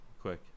quick